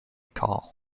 call